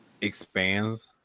expands